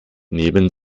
neben